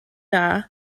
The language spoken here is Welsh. dda